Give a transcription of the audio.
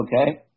Okay